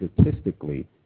statistically